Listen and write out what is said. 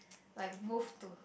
like move to